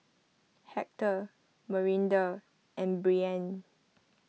Hector Marinda and Brianne